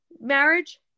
marriage